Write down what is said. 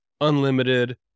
unlimited